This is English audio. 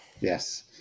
Yes